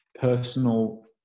personal